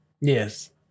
Yes